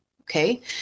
Okay